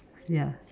ya